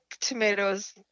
tomatoes